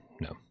no